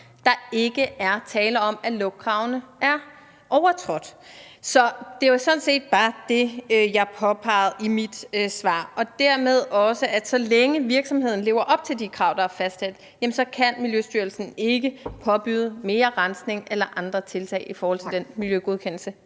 der ikke er tale om, at lugtgrænserne er overtrådt. Så det var sådan set bare det, jeg påpegede i mit svar, og dermed også, at så længe virksomheden lever op til de krav, der er fastsat, kan Miljøstyrelsen ikke påbyde mere rensning eller andre tiltag i forhold til den miljøgodkendelse,